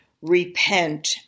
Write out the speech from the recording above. repent